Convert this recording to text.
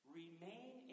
remain